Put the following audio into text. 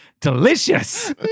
Delicious